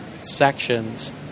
sections